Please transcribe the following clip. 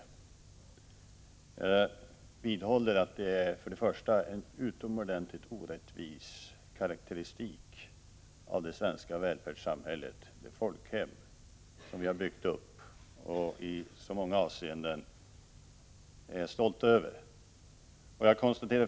Jag vidhåller att det för det första är en utomordentligt orättvis karakteristik av det svenska välfärdssamhället, det folkhem som vi har byggt upp och i så många avseenden har anledning att vara stolta över.